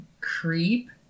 creep